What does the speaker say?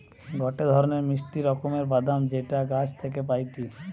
গটে ধরণের মিষ্টি রকমের বাদাম যেটা গাছ থাকি পাইটি